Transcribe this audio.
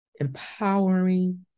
empowering